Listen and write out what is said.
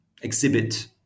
exhibit